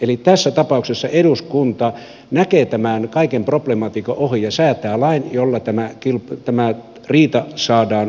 eli tässä tapauksessa eduskunta näkee tämän kaiken problematiikan ohi ja säätää lain jolla tämä riita saadaan lopetettua